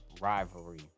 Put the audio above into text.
rivalry